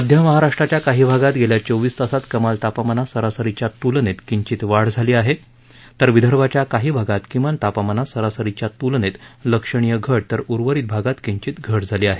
मध्य महाराष्ट्राच्या काही भागात गेल्या चोवीस तासात कमाल तापमानात सरासरीच्या त्लनेत किंचित वाढ झाली आहे तर विदर्भाच्या काही भागात किमान तापमानात सरासरीच्या त्लनेत लक्षणीय घट तर उर्वरित भागात किंचित घट झाली आहे